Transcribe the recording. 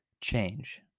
change